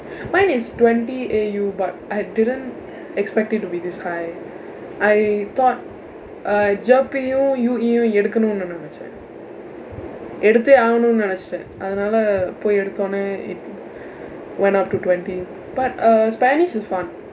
mine is twenty A_U but I didn't expect it to be this high I thought uh GEP யும்:yum U_E-yum எடுக்கணும் நினைச்சேன் எடுத்தே ஆவணும்னு நினைச்சேன் அதனால போய் எடுத்தோடனே:edukkanum ninaichseen eduththee aavanaumnu ninaichseen athanaala pooy eduththoodanee went up to twenty but uh spanish is fun